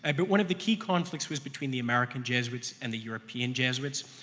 and but one of the key conflicts was between the american jesuits and the european jesuits.